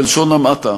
בלשון המעטה.